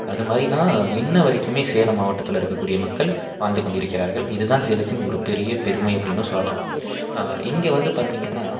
அதுமாதிரிதான் இன்னை வரைக்குமே சேலம் மாவட்டத்தில் இருக்கக்கூடிய மக்கள் வாழ்ந்து கொண்டு இருக்கிறார்கள் இதுதான் சேலத்தின் ஒரு பெரிய பெருமை அப்படின்னும் சொல்லலாம் இங்கே வந்து பார்த்திங்கன்னா